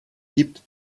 gibt